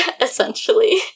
essentially